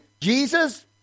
Jesus